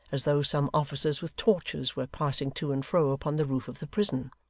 as though some officers with torches were passing to and fro upon the roof of the prison.